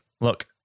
look